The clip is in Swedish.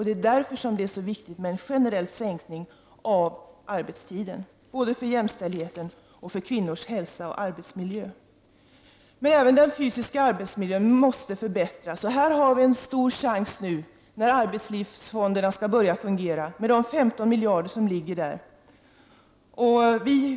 Det är därför viktigt med en generell sänkning av arbetstiden både för jämställdheten och för kvinnors hälsa och arbetsmiljö. Den fysiska arbetsmiljön måste också förbättras. Här har vi en stor chans när arbetslivsfonderna skall börja fungera med de 15 miljarder som för närvarande finns i de olika arbetslivsfonderna.